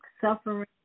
suffering